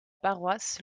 paroisse